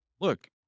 look